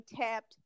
tapped